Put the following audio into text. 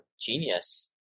genius